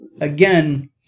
again